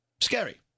Scary